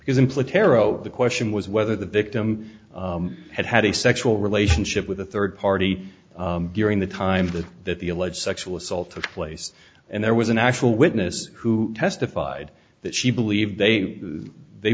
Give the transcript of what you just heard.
wrote the question was whether the victim had had a sexual relationship with a third party during the time that that the alleged sexual assault took place and there was an actual witness who testified that she believed they they